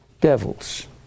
devils